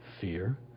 fear